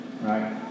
Right